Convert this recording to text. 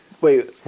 Wait